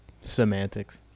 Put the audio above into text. semantics